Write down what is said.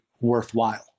worthwhile